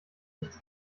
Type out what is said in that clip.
nichts